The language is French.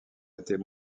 étaient